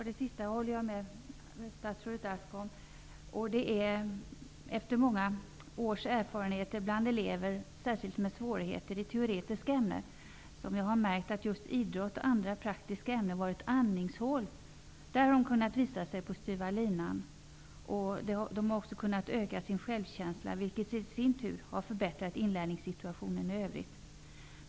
Herr talman! Jag håller med statsrådet Ask om det sista. Efter många års erfarenheter, särskilt bland elever med svårigheter i teoretiska ämnen, har jag märkt att just idrott och andra praktiska ämnen varit andningshål för dessa elever. Där har de kunnat visa sig på styva linan. De har också kunnat öka sin självkänsla, vilket i sin tur har förbättrat inlärningssituationen i övrigt.